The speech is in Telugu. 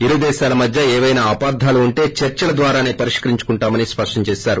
ఇరు దేశాల మధ్య ఏవైనా అపార్దాలు ఉంటే చర్చల ద్వారానే పరిష్కరించుకుంటామన్ స్పష్టం చేసారు